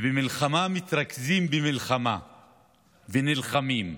ובמלחמה מתרכזים במלחמה ונלחמים,